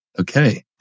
Okay